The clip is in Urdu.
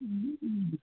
ہوں ہوں